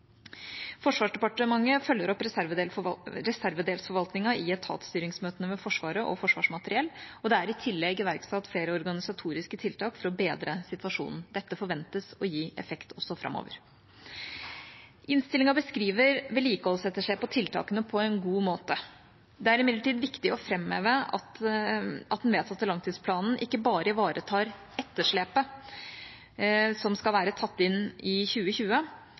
Forsvarsdepartementet følger opp reservedelsforvaltningen i etatsstyringsmøtene med Forsvaret og Forsvarsmateriell. Det er i tillegg iverksatt flere organisatoriske tiltak for å bedre situasjonen. Dette forventes å gi effekt også framover. I innstillinga beskrives vedlikeholdsetterslepet og tiltakene på en god måte. Det er imidlertid viktig å framheve at den vedtatte langtidsplanen ikke bare ivaretar etterslepet – som skal være hentet inn i 2020